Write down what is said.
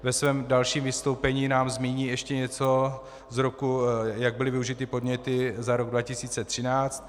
Ve svém dalším vystoupení nám zmíní ještě něco, jak byly využity podněty za rok 2013.